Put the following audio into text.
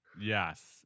Yes